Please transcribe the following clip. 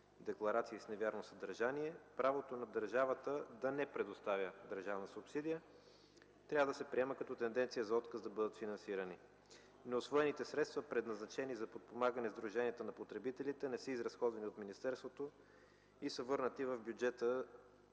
декларации с невярно съдържание, правото на държавата да не предоставя държавна субсидия трябва да се приема като тенденция за отказ да бъдат финансирани. Неусвоените средства, предназначени за подпомагане Сдружението на потребителите не са изразходвани от министерството и са върнати в